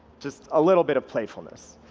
just a little bit of playfulness.